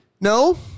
No